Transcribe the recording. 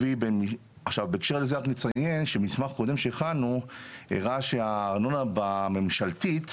בהקשר לזה רק נציין שמסמך קודם שהכנו הראה שבארנונה הממשלתית